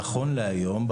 נכון להיום,